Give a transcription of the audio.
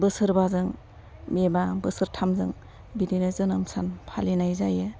बोसोरबाजों एबा बोसोरथामजों बिदिनो जोनोम सान फालिनाय जायो